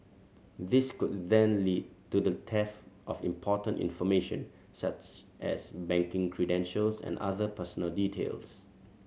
this could then lead to the theft of important information such as banking credentials and other personal details